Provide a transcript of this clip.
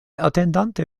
atendante